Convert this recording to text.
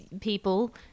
people